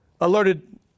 alerted